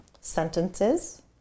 sentences